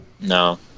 no